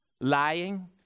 Lying